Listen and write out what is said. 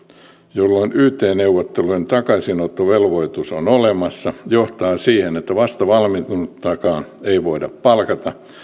jolloin yt neuvottelujen takaisinottovelvoitus on olemassa johtaa siihen että vastavalmistunuttakaan ei voida palkata